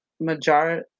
majority